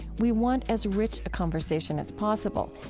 we want as rich a conversation as possible.